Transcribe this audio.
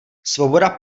svoboda